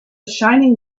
shining